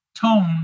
tone